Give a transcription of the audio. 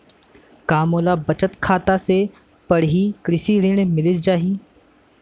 का मोला बचत खाता से पड़ही कृषि ऋण मिलिस जाही?